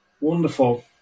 Wonderful